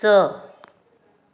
स